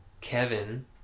Kevin